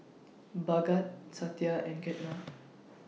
Bhagat Satya and Ketna